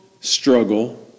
struggle